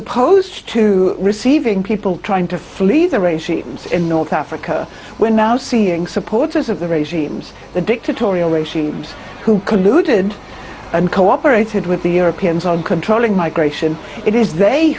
opposed to receiving people trying to flee the regimes in north africa we're now seeing supporters of the regimes the dictatorial regimes who could looted and cooperated with the europeans on controlling migration it is they